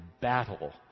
battle